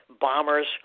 bombers